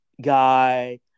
guy